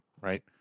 right